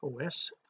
os